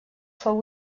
fou